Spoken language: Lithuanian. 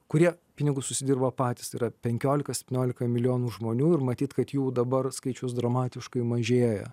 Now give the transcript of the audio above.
kurie pinigus užsidirba patys tai yra penkiolika septyniolika milijonų žmonių ir matyt kad jų dabar skaičius dramatiškai mažėja